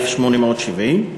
1870,